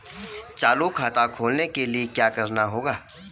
चालू खाता खोलने के लिए क्या करना होगा?